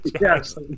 yes